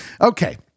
okay